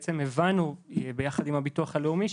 בעצם הבנו ביחד עם הביטוח הלאומי,